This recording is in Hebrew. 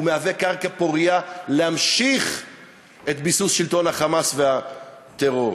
והוא מהווה קרקע פורייה להמשך ביסוס שלטון ה"חמאס" והטרור,